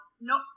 No